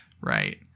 right